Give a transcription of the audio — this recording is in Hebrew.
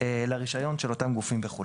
לרישיון שלהם בחו"ל.